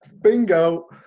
Bingo